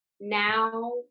Now